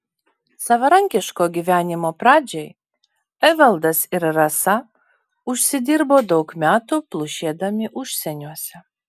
savarankiško gyvenimo pradžiai evaldas ir rasa užsidirbo daug metų plušėdami užsieniuose